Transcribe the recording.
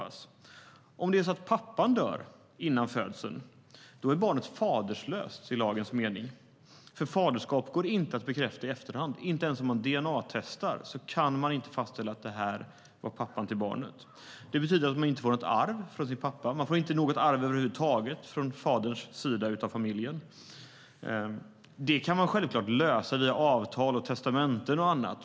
Om det är så att pappan dör före födseln är barnet faderlöst i lagens mening. Faderskapet går inte att bekräfta i efterhand. Inte ens om man dna-testar kan man fastställa att det var pappan till barnet. Det betyder att man inte får något arv från sin pappa. Man får inte något arv över huvud taget från faderns sida av familjen. Det kan man självklart lösa via avtal, testamenten och annat.